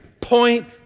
point